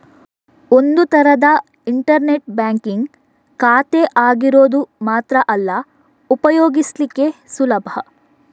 ಒಂದು ತರದ internet banking ಖಾತೆ ಆಗಿರೋದು ಮಾತ್ರ ಅಲ್ಲ ಉಪಯೋಗಿಸ್ಲಿಕ್ಕೆ ಸುಲಭ